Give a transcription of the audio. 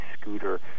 scooter